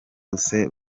bose